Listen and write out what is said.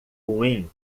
ruim